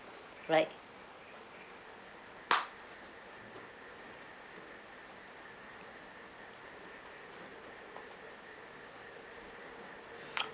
right